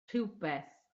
rhywbeth